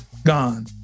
gone